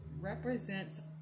represents